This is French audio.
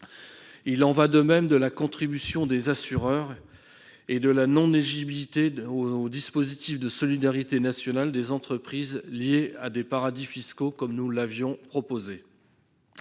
Il en va de même de la contribution des assureurs et de la non-éligibilité au dispositif de solidarité nationale des entreprises liées à des paradis fiscaux, comme nous l'avions proposé.